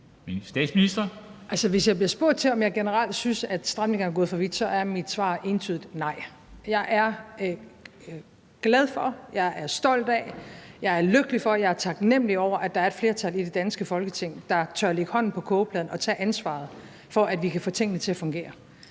hvis jeg bliver spurgt til, om jeg generelt synes, at stramningerne er gået for vidt, så er mit svar entydigt nej. Jeg er glad for, jeg er stolt af, jeg er lykkelig for, jeg er taknemlig over, at der er et flertal i det danske Folketing, der tør lægge hånden på kogepladen og tage ansvaret for, at vi kan få tingene til at fungere.